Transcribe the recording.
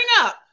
up